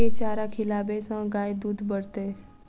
केँ चारा खिलाबै सँ गाय दुध बढ़तै?